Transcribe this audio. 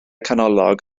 canolog